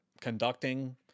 conducting